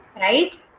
right